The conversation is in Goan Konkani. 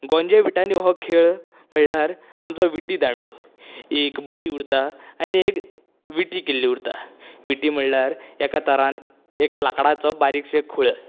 गोंजे विटांनी हो खेळ म्हणळ्यार आमचो विटी दांडू एक बडी उरता आनी एक विटी किल्ली उरता विटी म्हणल्यार एका तरान एका लाकडाचो बारीकसो खूळ